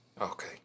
Okay